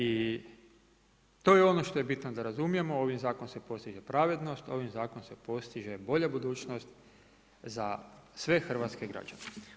I to je ono što je bitno da razumijemo, ovim zakonom se postiže pravednost, ovim zakonom se postiže bolja budućnost za sve hrvatske građane.